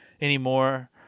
anymore